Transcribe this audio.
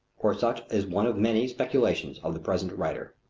or such is one of many speculations of the present writer.